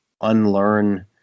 unlearn